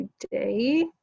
today